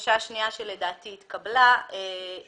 והבקשה השנייה שלדעתי התקבלה הייתה